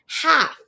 half